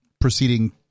proceeding